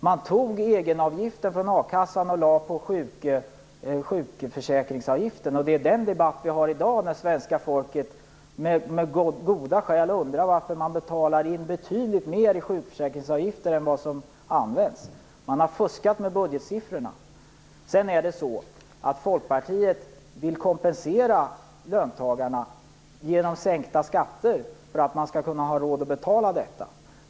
De tog egenavgifter från a-kassan och lade dem på sjukförsäkringsavgiften. Det är därför svenska folket i dag med goda skäl undrar varför man betalar in betydligt mer i sjukförsäkringsavgifter än vad som används. Det har fuskats med budgetsiffrorna. Folkpartiet vill kompensera löntagarna genom sänkta skatter för att ha råd att betala detta.